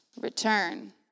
Return